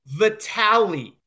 Vitaly